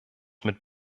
mit